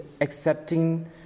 accepting